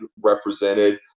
represented